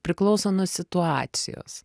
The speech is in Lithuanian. priklauso nuo situacijos